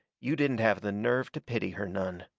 you didn't have the nerve to pity her none.